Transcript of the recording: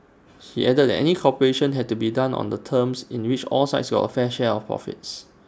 he added that any cooperation had to be down on terms in which all sides got A fair share of profits